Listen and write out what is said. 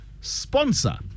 sponsor